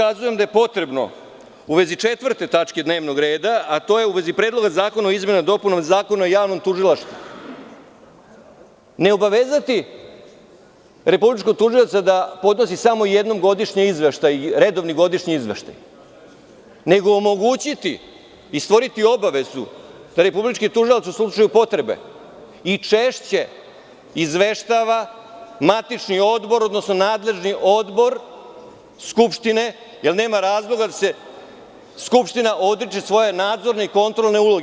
Znam da je potrebno, u vezi 4. tačke dnevnog reda, a to je u vezi Predloga zakona o izmenama i dopunama Zakona o javnom tužilaštvu, neobavezati Republičkog tužioca da podnosi samo jednom redovni godišnji izveštaj, nego omogućiti i stvoriti obavezu da Republički tužilac u slučaju potrebe i češće izveštava matični odbor, odnosno nadležni odbor Skupštine, jer nema razloga da se Skupština odriče svoje nadzorne i kontrole uloge.